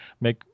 make